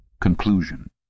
Conclusion